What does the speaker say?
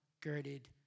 girded